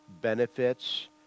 benefits